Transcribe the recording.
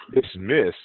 dismiss